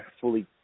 fully